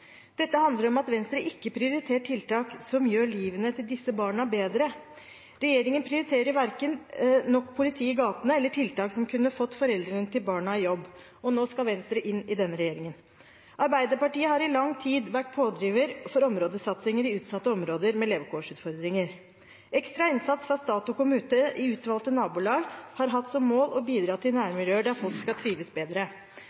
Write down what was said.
Dette handler om at Venstre ikke prioriterer tiltak som gjør livet til disse barna bedre. Regjeringen prioriterer verken nok politi i gatene eller tiltak som kunne fått foreldrene til barna i jobb. Nå skal Venstre inn i denne regjeringen. Arbeiderpartiet har i lang tid vært pådriver for områdesatsingen i utsatte områder med levekårsutfordringer. Ekstra innsats fra stat og kommune i utvalgte nabolag har hatt som mål å bidra til